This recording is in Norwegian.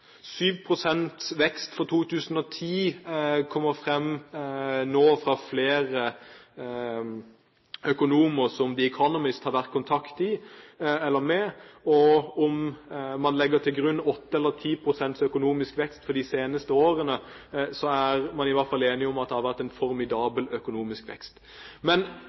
pst. vekst i 2010 kommer det nå fram fra flere økonomer som The Economist har vært i kontakt med. Om man legger til grunn 8 eller 10 pst. økonomisk vekst de seneste årene, er man i hvert fall enig om at det har vært en formidabel økonomisk vekst. Men